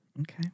Okay